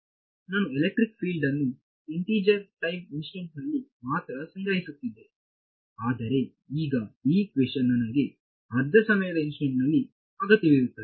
ನಾನು electric field ನ್ನು integer time instant ನಲ್ಲಿ ಮಾತ್ರ ಸಂಗ್ರಹಿಸುತ್ತಿದ್ದೆ ಆದರೆ ಈಗ ಈ ಇಕ್ವೇಶನ್ ನನಗೆ ಅರ್ಧ ಸಮಯದ ಇನ್ಸ್ಟೆಂಟ್ ನಲ್ಲಿ ಅಗತ್ಯವಿರುತ್ತದೆ